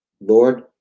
Lord